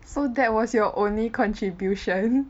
so that was your only contribution